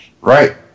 Right